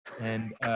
and-